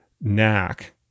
knack